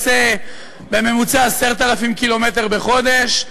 עושה בממוצע 10,000 קילומטר בחודש,